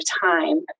time